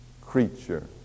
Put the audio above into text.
creature